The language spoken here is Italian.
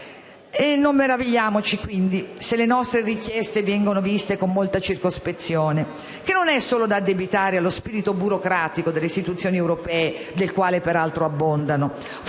Non meravigliamoci, quindi, se le nostre richieste vengono viste con molta circospezione, che non è solo da addebitare allo spirito burocratico delle istituzioni europee, del quale peraltro abbondano.